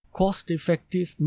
cost-effective